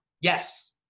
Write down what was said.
Yes